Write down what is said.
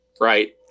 right